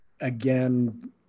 again